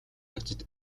явцад